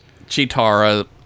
Chitara